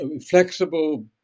Flexible